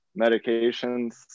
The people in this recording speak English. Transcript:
medications